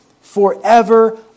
forever